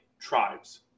tribes